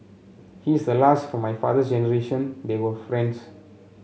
he's the last from my father's generation they were friends